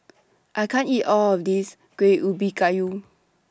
I can't eat All of This Kuih Ubi Kayu